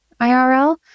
IRL